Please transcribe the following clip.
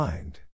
Mind